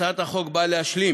הצעת החוק באה להשלים